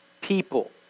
people